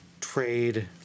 trade